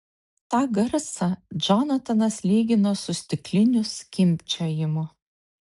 tą garsą džonatanas lygino su stiklinių skimbčiojimu